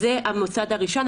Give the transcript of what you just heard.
זה המסלול הראשון,